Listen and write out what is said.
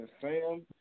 Sam